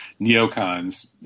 neocons